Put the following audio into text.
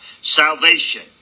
Salvation